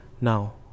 Now